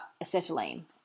acetylene